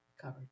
Covered